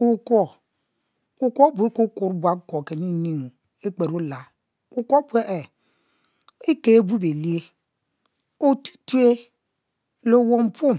Wukuo abu ikuor kuorbuakuo kening ning kper ola wukuo abue e kie bu bie lie otutue le owom mpuom